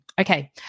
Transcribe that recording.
Okay